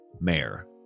Mayor